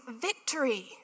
victory